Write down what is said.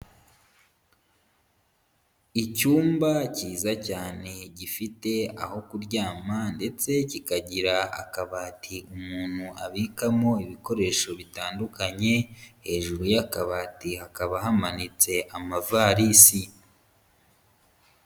Icyumba cyiza cyane gifite aho kuryama ndetse kikagira akabati umuntu abikamo ibikoresho bitandukanye, hejuru y'akabati hakaba hamanitse amavarisi.